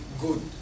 good